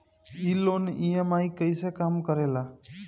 ई loan EMI कईसे काम करेला?